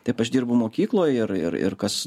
taip aš dirbu mokykloj ir ir ir kas